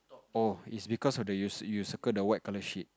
oh it's because of the you you circle the white colour shit